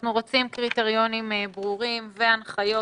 אנחנו רוצים קריטריונים ברורים והנחיות